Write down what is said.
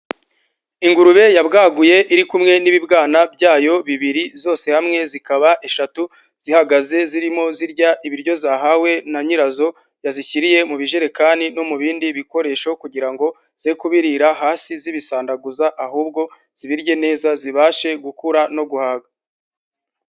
Ingurube yabwaguye iri kumwe n'ibibwana byayo bibiri zose hamwe zikaba eshatu, zihagaze zirimo zirya ibiryo zahawe na nyirazo yazishyiriye mu bijerekani no mu bindi bikoresho kugira ngo zere kubibirira hasi zibisandaguza, ahubwo zibirye neza zibashe gukura no guhaga.